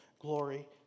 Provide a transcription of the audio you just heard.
glory